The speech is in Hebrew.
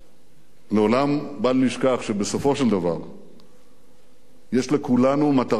לעולם בל נשכח שבסופו של דבר יש לכולנו מטרה משותפת: